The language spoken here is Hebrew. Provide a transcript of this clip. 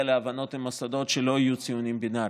להבנות עם מוסדות שלא יהיו ציונים בינאריים.